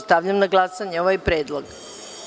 Stavljam na glasanje ovaj predlog.